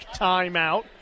timeout